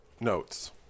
notes